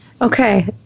Okay